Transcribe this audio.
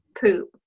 poop